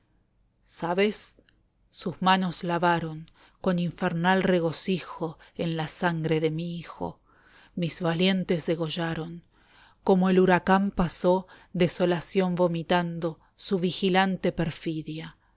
sabes sus manos lavaron con infernal regocijo en la sangre de mi hijo mis valientes degollaron como el huracán pasó desolación vomitando su vigilante perfidia